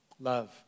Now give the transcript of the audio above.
Love